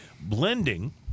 blending